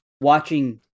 watching